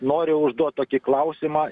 noriu užduot tokį klausimą